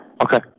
Okay